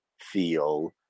feel